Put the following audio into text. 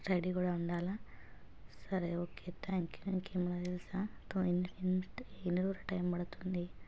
ready కూడా ఉండాలా సరే ఓకే థ్యాంక్ యూ ఇంకేమైనా తెలుసా ఎన్ని రోజుల టైం పడుతుంది